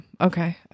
Okay